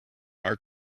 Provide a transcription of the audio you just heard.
art